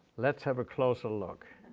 let's have a closer look.